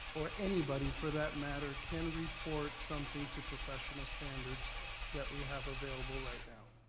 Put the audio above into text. or anybody for that matter, can report something to professional standards that we have available right now?